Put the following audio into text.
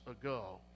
ago